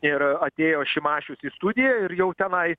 ir atėjo šimašius į studiją ir jau tenai